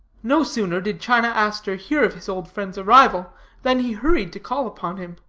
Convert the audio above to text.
no sooner did china aster hear of his old friend's arrival than he hurried to call upon him.